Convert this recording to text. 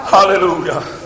Hallelujah